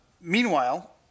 Meanwhile